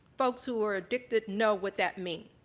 folks who are addicted know what that means.